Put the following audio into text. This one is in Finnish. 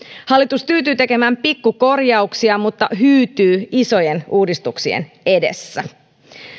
hallitus tyytyy tekemään pikkukorjauksia mutta hyytyy isojen uudistuksien edessä